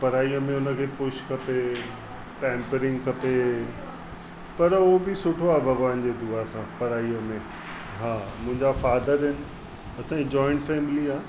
पढ़ाईअ में हुनखे कुझु खपे पैंपरिंग खपे पर उहा बि सुठो आहे भॻवान जी दुआ सां पढ़ाईअ में हा मुंहिंजा फ़ादर आहिनि असांजी जोइंट फ़ैमिली आहे